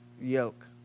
yoke